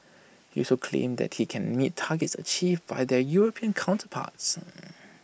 he also claimed that he can meet targets achieved by their european counterparts